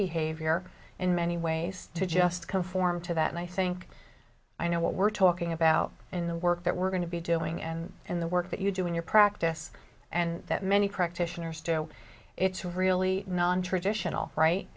behavior in many ways to just conform to that and i think i know what we're talking about in the work that we're going to be doing and in the work that you do in your practice and that many practitioners do it's really nontraditional right